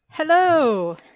Hello